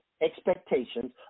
expectations